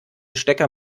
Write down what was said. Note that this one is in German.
stecker